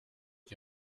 die